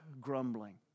grumbling